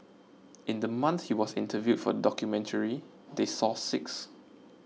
in the month he was interviewed for documentary they saw six